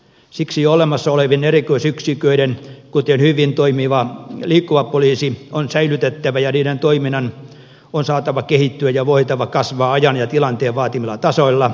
siksi jo olemassa olevat erikoisyksiköt kuten hyvin toimiva liikkuva poliisi on säilytettävä ja niiden toiminnan on saatava kehittyä ja voitava kasvaa ajan ja tilanteen vaatimilla tasoilla